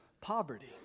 poverty